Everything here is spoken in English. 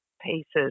pieces